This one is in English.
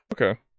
Okay